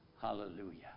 Hallelujah